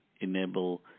enable